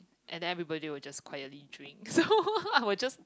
and then everybody will just quietly drink so I will just